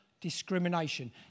discrimination